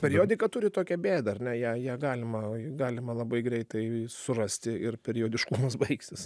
periodika turi tokią bėdą ar ne ją ją galima galima labai greitai surasti ir periodiškumas baigsis